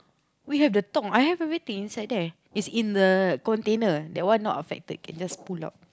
why you have the talk I have everything inside there is in the container that one not affected can just pull out